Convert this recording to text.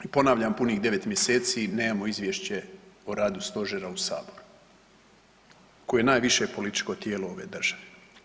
Ponavljam punih 9 mjeseci nemamo izvješće o radu Stožera u Saboru koje je najviše političko tijelo ove države.